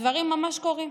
הדברים ממש קורים.